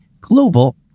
global